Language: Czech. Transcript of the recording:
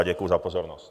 Děkuji za pozornost.